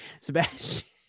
Sebastian